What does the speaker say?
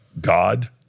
God